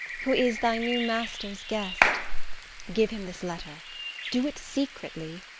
who is thy new master's guest give him this letter do it secretly.